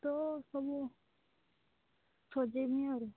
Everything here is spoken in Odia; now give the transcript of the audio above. ତ ସବୁ ସଜାଇମି ଆରୁ